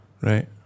Right